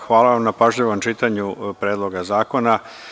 Hvala vam na pažljivom čitanju Predloga zakona.